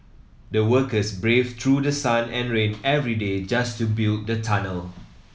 the workers braved through the sun and rain every day just to build the tunnel